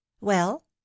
Well